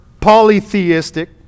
polytheistic